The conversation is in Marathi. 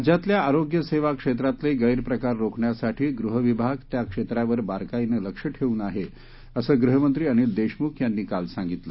राज्यातल्या आरोग्य सेवा क्षेत्रातले गस्पिकार रोखण्यासाठी गृह विभाग त्या क्षेत्रावर बारकाईनं लक्ष ठेवून आहे असं गृहमंत्री अनिल देशमुख यांनी काल सांगितलं